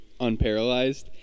unparalyzed